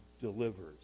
delivers